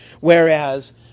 Whereas